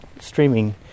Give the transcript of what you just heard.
streaming